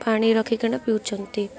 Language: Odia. ପାଣି ରଖିକି ନା ପିଉଛନ୍ତି